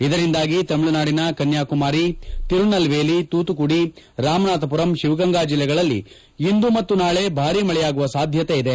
ಇದರಿಂದಾಗಿ ತಮಿಳುನಾದಿನ ಕನ್ಯಾಕುಮಾರಿ ತಿರುನಲ್ವೇಲಿ ತುತುಕುದಿ ರಾಮನಾಥಪುರಂ ಶಿವಗಂಗಾ ಜಿಲ್ಲೆಗಳಲ್ಲಿ ಇಂದು ಮತ್ತು ನಾಳೆ ಭಾರಿ ಮಳೆಯಾಗುವ ಸಾಧ್ಯತೆ ಇದೆ